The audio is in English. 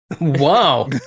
Wow